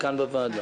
לא הבנתי.